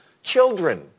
Children